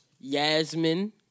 Yasmin